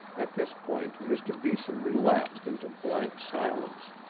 at this point mr. beeson relapsed into blank silence.